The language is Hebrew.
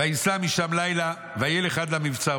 וייסע משם לילה וילך עד למבצר.